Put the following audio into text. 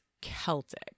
Celtic